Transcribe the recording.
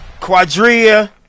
quadria